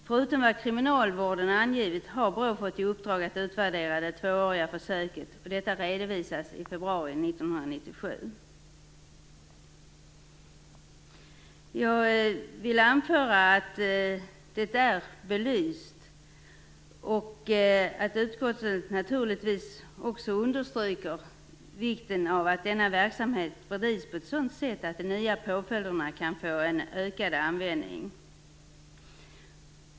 Förutom vad kriminalvården angett har BRÅ fått i uppdrag att utvärdera det tvååriga försöket, och detta redovisas i februari 1997. Jag vill anföra att det är belyst och att utskottet naturligtvis också understryker vikten av att denna verksamhet bedrivs på ett sådant sätt att de nya påföljderna kan få en ökad användning.